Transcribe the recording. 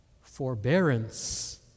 forbearance